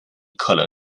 可能